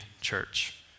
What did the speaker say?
Church